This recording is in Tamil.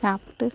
சாப்பிட்டு